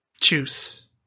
juice